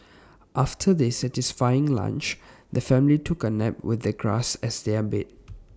after their satisfying lunch the family took A nap with the grass as their bed